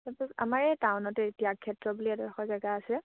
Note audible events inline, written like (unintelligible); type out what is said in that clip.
(unintelligible) আমাৰ এই টাউনতে ত্যাগ ক্ষেত্ৰ বুলি এটা এদখৰ জেগা আছে